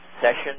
session